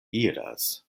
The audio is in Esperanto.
iras